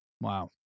Wow